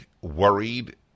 worried